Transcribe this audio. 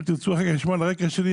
אם תירצו אחר כך לשמוע על הרקע שלי,